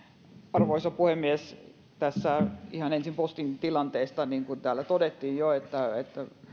arvoisa puhemies tässä ihan ensin postin tilanteesta niin kuin täällä todettiin jo niin